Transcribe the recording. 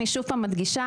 אני שוב פעם מדגישה,